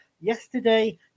yesterday